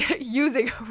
using